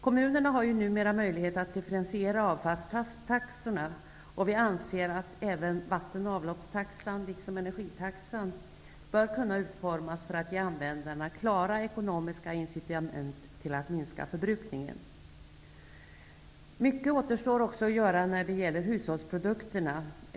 Kommunerna har numera möjlighet att differentiera avfallstaxorna. Vi anser att även vattenoch avloppstaxan, liksom energitaxan, bör kunna utformas så, att den ger användarna klara ekonomiska incitament att minska förbrukningen. Mycket återstår också att göra när det gäller hushållsprodukter.